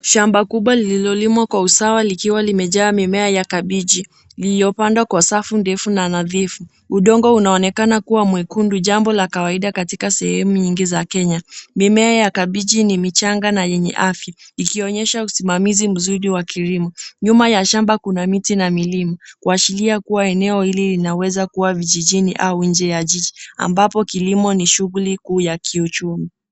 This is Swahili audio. Shamba kubwa lililolimwa kwa usawa likiwa limejaa mimea ya kabichi iliyopandwa kwa safu ndefu na nadhifu. Udongo unaonekana kuwa mwekundu jambo la kawaida katika sehemu nyingi za Kenya. Mimea ya kabichi ni michanga na yenye afya ikionyesha usimamizi mzuri wa kilimo. Nyuma ya shamba kuna miti na milima kuashiria kuwa eneo hili linaweza kuwa vijijini au nje ya jiji ambapo kilimo ni shughuli kuu ya kiuchumi.